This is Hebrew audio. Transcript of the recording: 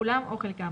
כולם או חלקם,